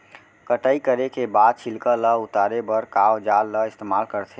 कटाई करे के बाद छिलका ल उतारे बर का औजार ल इस्तेमाल करथे?